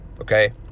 okay